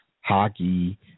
hockey